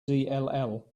dll